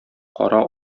кара